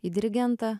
į dirigentą